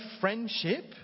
friendship